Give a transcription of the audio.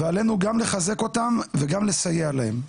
ועלינו גם לחזק אותם וגם לסייע להם.